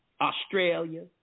Australia